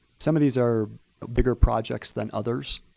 some of these are bigger projects than others.